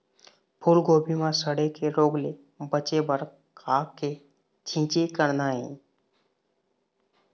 फूलगोभी म सड़े के रोग ले बचे बर का के छींचे करना ये?